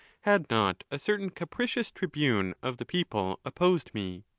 had not a certain capricious tribune of the people opposed me.